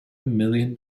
million